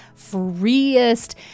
freest